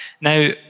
Now